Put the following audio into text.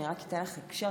אני רק אתן לך הקשר,